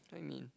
what you mean